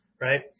right